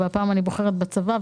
בצבא,